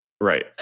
Right